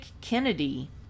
Kennedy